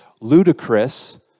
ludicrous